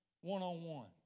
One-on-one